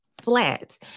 flat